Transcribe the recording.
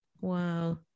wow